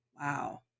Wow